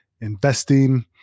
investing